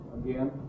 again